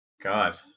god